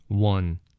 One